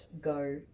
go